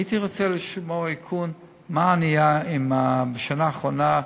הייתי רוצה לשמוע עדכון מה נהיה בשנה האחרונה,